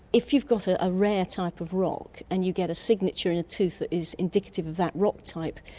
if you've got ah a rare type of rock and you get a signature in a tooth that is indicative of that rock type,